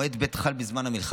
ומועד ב' חל בזמן המלחמה,